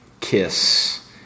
kiss